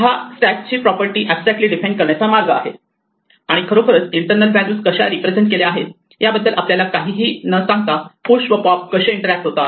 हा स्टॅकची property abstractly define करण्याचा मार्ग आहे आणि खरोखर इंटरनल व्हॅल्यूज कशा रिप्रेझेंट केल्या आहेत याबद्दल आपल्याला काहीही न सांगता पुश व पॉप कसे इंटरॅक्ट होतात